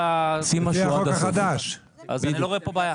אני לא רואה פה בעיה.